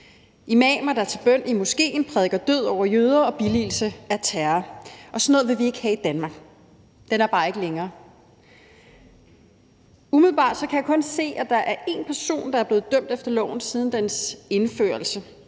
imamer, der til bøn i moskéen prædiker død over jøder og billigelse af terror. Og sådan noget vil vi ikke have i Danmark. Den er bare ikke længere! Umiddelbart kan jeg se, at der kun er én person, der er blevet dømt efter loven siden dens indførelse,